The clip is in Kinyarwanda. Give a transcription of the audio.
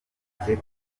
apple